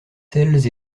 celles